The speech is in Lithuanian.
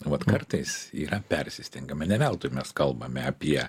vat kartais yra persistengiama ne veltui mes kalbame apie